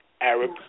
Arab